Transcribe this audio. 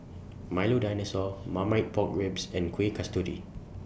Milo Dinosaur Marmite Pork Ribs and Kuih Kasturi